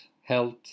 health